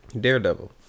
Daredevil